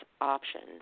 options